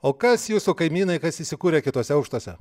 o kas jūsų kaimynai kas įsikūrė kituose aukštuose